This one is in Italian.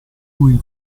cui